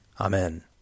Amen